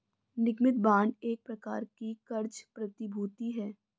निगमित बांड एक प्रकार की क़र्ज़ प्रतिभूति है